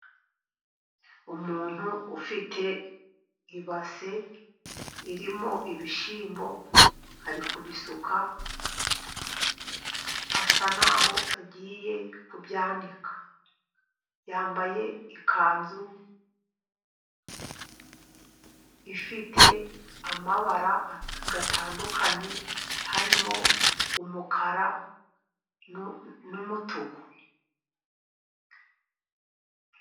Umuntu ufite ibase irimo ibishyimbo, arikubisuka asa n'aho agiye kubyanika. Yambaye ikanzu ifite amabara atandukanye harimo umukara, n'umutuku.